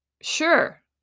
Sure